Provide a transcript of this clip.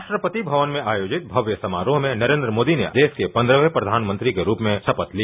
राष्ट्रपति भवन में आयोजित भव्य समारोह में नरेन्द्र मोदी ने देश के पन्द्रहवें प्रधानमंत्री के रूप में शपथ ली